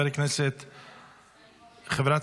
חברת